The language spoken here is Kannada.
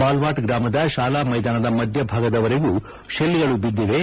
ಬಾಲ್ವಾಟ್ ಗ್ರಾಮದ ಶಾಲಾ ಮೈದಾನದ ಮಧ್ಯಭಾಗದವರೆಗೂ ಶೆಲ್ಗಳು ಬಿದ್ದಿವೆ